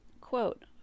quote